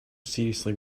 seriously